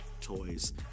toys